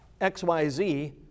XYZ